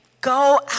go